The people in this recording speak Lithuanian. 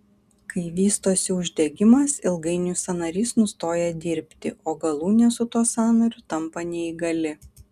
kai vystosi uždegimas ilgainiui sąnarys nustoja dirbti o galūnė su tuo sąnariu tampa neįgali